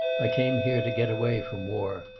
i came here to get away from war.